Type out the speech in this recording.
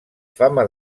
fama